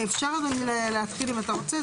אפשר אדוני להתחיל אם אתה רוצה,